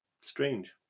strange